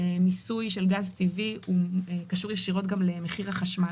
מיסוי של גז טבעי קשור ישירות גם למחיר החשמל.